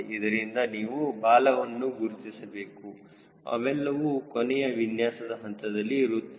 ಆದ್ದರಿಂದ ನೀವು ಬಾಲವನ್ನು ಗುರುತಿಸಬೇಕು ಅವೆಲ್ಲವೂ ಕೊನೆಯ ವಿನ್ಯಾಸದ ಹಂತದಲ್ಲಿ ಇರುತ್ತದೆ